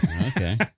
Okay